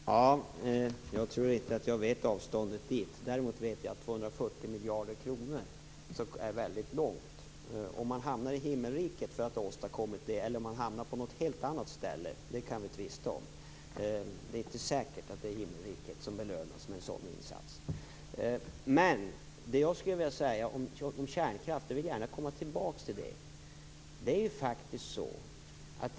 Fru talman! Jag tror inte att jag vet avståndet dit. Däremot vet jag att 240 miljarder kronor räcker väldigt långt. Om man hamnar i himmelriket för att ha åstadkommit detta eller om man hamnar på något helt annat ställe kan vi tvista om. Det är inte säkert att det är himmelriket som blir belöningen för en sådan insats. Jag vill gärna komma tillbaka till kärnkraften.